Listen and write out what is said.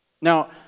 Now